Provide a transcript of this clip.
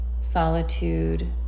solitude